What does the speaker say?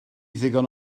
ddigon